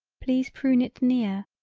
please prune it near.